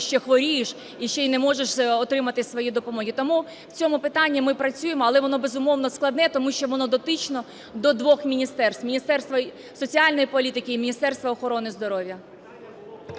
ти ще хворієш, і ще й не можеш отримати свою допомогу. Тому в цьому питанні ми працюємо, але воно, безумовно, складне, тому що воно дотичне до двох міністерств – Міністерства соціальної політики і Міністерства охорони здоров'я.